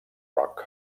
rock